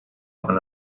earn